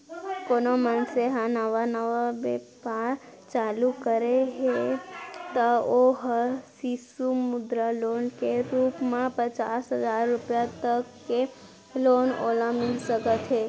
कोनो मनसे ह नवा नवा बेपार चालू करे हे त ओ ह सिसु मुद्रा लोन के रुप म पचास हजार रुपया तक के लोन ओला मिल सकथे